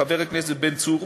מחבר הכנסת בן צור,